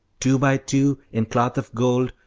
two by two, in cloth of gold,